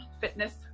fitness